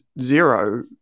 zero